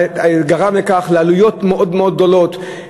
וזה גרם לעלויות מאוד מאוד גדולות,